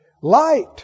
Light